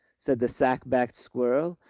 said the sack-backed squirrel,